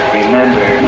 remember